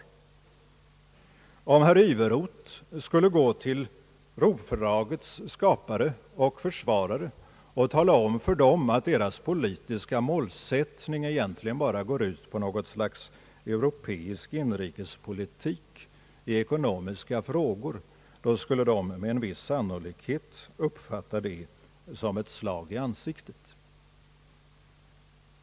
s Om herr Iveroth skulle gå till Romfördragets skapare och försvarare och tala om för dem, att deras politiska målsättning egentligen bara går ut på något slags europeisk inrikespolitik i ekonomiska frågor, skulle de med stor sannolikhet uppfatta det som ett slag i ansiktet.